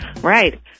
Right